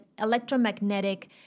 electromagnetic